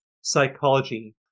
psychology